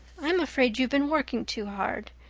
i'm afraid you've been working too hard.